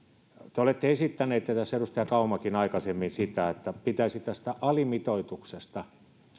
te te olette esittäneet ja tässä edustaja kaumakin esitti aikaisemmin sitä että pitäisi tästä alimitoituksesta